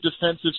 defensive